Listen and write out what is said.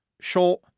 Short